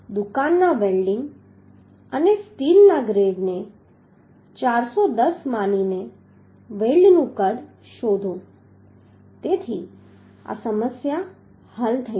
દુકાનના વેલ્ડીંગ અને સ્ટીલના ગ્રેડને 410 માનીને વેલ્ડનું કદ શોધો તેથી આ સમસ્યા હલ થઈ જશે